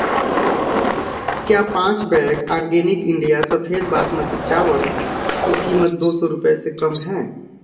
क्या पाँच bag organic India सफ़ेद बासमती चावल की कीमत दो सौ रुपये से कम है